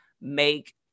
make